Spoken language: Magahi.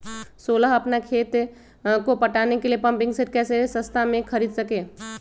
सोलह अपना खेत को पटाने के लिए पम्पिंग सेट कैसे सस्ता मे खरीद सके?